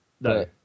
No